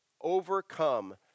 overcome